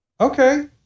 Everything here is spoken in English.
Okay